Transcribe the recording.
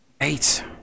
eight